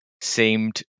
seemed